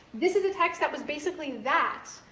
this is a text that was basically that,